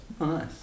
Nice